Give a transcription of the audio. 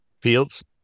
Fields